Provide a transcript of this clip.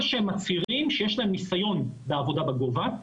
שהם מצהירים שיש להם ניסיון בעבודה בגובה,